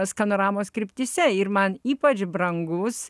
skanoramos kryptyse ir man ypač brangus